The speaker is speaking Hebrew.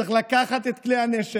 צריך לקחת את כלי הנשק